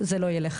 זה לא יילך.